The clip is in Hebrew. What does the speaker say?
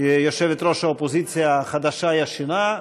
ליושבת-ראש האופוזיציה החדשה-ישנה,